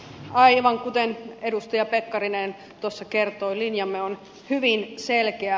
aivan kuten edustaja pekkarinen tuossa kertoi linjamme on hyvin selkeä